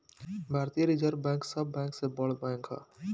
भारतीय reserve bank सब bank से बड़ बैंक ह